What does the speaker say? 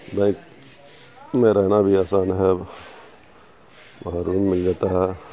bike میں رہنا بھی آسان ہے اب وہاں روم مل جاتا ہے